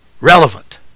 relevant